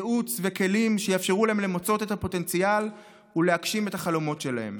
ייעוץ וכלים שיאפשרו להם למצות את הפוטנציאל ולהגשים את החלומות שלהם.